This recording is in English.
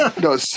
No